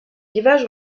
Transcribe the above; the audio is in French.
rivages